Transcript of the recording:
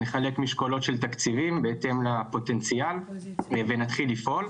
נחלק משקולות של תקציבים בהתאם לפוטנציאל ונתחיל לפעול.